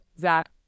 Zach